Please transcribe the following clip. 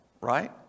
right